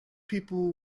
people